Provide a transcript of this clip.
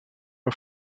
her